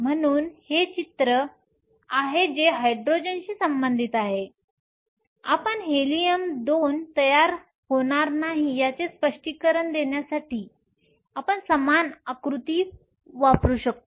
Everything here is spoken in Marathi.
म्हणून हे चित्र आहे जे हायड्रोजनशी संबंधित आहे आपण हेलियम 2 तयार होणार नाही याचे स्पष्टीकरण देण्यासाठी आपण समान आकृती वापरू शकतो